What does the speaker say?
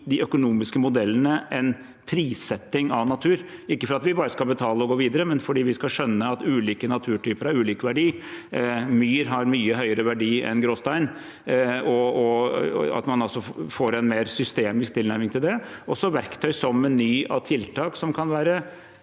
de økonomiske modellene – ikke fordi vi bare skal betale og gå videre, men fordi vi skal skjønne at ulike naturtyper har ulik verdi, at myr har mye høyere verdi enn gråstein, og at man får en mer systemisk tilnærming til det. Det er også verktøy som en meny av tiltak, som kan være